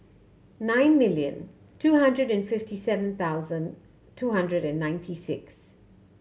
nine million two hundred and fifty seven thousand two hundred and ninety six